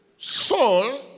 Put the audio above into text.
soul